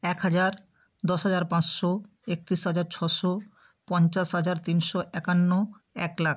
এক হাজার দশ হাজার পাঁচশো একত্রিশ হাজার ছশো পঞ্চাশ হাজার তিনশো একান্ন এক লাখ